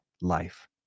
life